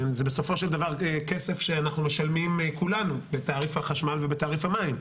זה בסופו של דבר כסף שאנחנו משלמים כולנו בתעריף החשמל ובתעריף המים,